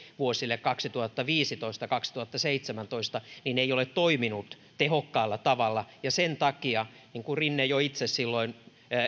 vuosille kaksituhattaviisitoista viiva kaksituhattaseitsemäntoista ei ole toiminut tehokkaalla tavalla ja sen takia niin kuin rinne jo itse silloin